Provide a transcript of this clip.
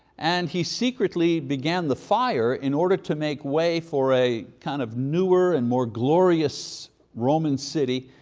and he secretly began the fire in order to make way for a kind of newer and more glorious roman city,